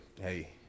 hey